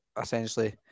essentially